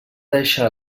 deixar